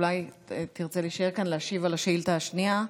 אולי תרצה להישאר כאן להשיב על השאילתה השנייה.